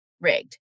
rigged